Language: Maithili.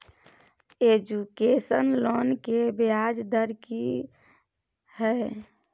एजुकेशन लोन के ब्याज दर की हय?